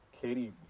katie